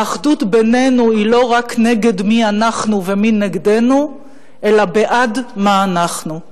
האחדות בינינו היא לא רק נגד מי אנחנו ומי נגדנו אלא בעד מה אנחנו.